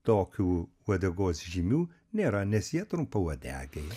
tokių uodegos žymių nėra nes jie trumpauodegiai